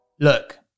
Look